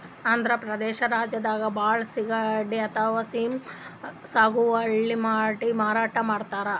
ಆಂಧ್ರ ಪ್ರದೇಶ್ ರಾಜ್ಯದಾಗ್ ಭಾಳ್ ಸಿಗಡಿ ಅಥವಾ ಶ್ರೀಮ್ಪ್ ಸಾಗುವಳಿ ಮಾಡಿ ಮಾರಾಟ್ ಮಾಡ್ತರ್